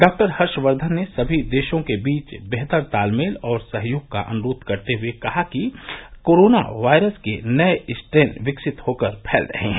डॉ हर्षवर्धन ने सभी देशों के बीच बेहतर तालमेल और सहयोग का अनुरोध करते हुए कहा कि कोरोना वायरस के नये स्ट्रेन विकसित होकर फैल रहे हैं